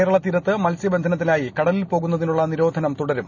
കേരള തീരത്ത് മത്സ്യബന്ധത്തിനായി കടലിൽ പേറ്കുന്നതിനുള്ള നിരോധനം തുടരും